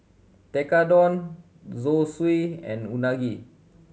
Tekkadon Zosui and Unagi